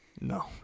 No